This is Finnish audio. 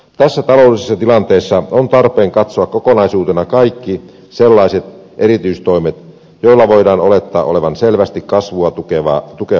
tässä taloudellisessa tilanteessa on tarpeen katsoa kokonaisuutena kaikki sellaiset erityistoimet joilla voidaan olettaa olevan selvästi kasvua tukevaa vaikutusta